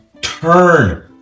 turn